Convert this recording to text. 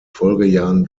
folgejahren